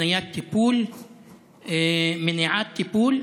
התניית טיפול, מניעת טיפול.